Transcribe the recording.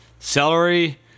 Celery